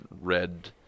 red